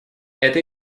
это